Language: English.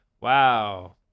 wow